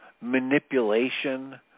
manipulation